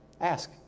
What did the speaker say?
Ask